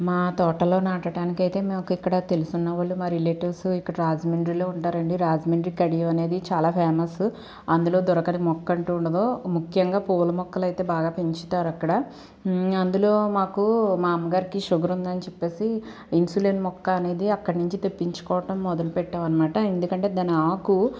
మా తోటలో నాటటానికి అయితే మాకు ఇక్కడ తెలుసు ఉన్న వాళ్ళు మా రిలేటివ్స్ ఇక్కడ రాజమండ్రిలో ఉంటారండి రాజమండ్రి కడియం అనేది చాలా ఫేమస్ అందులో దొరకని మొక్క అంటూ ఉండదు ముఖ్యంగా పూల మొక్కలైతే బాగా పెంచుతారు అక్కడ అందులో మాకు మా అమ్మగారికి షుగర్ ఉందని చెప్పేసి ఇన్సులిన్ మొక్క అనేది అక్కడి నుంచి తెప్పించుకోవటం మొదలు పెట్టాం అనమాట ఎందుకంటే దాని ఆకు